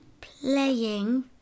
Playing